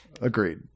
agreed